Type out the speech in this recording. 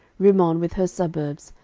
rimmon with her suburbs,